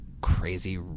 crazy